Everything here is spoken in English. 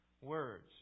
words